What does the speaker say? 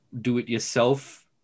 do-it-yourself